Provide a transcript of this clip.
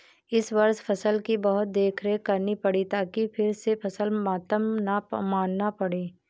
इस वर्ष फसल की बहुत देखरेख करनी पड़ी ताकि फिर से फसल मातम न मनाना पड़े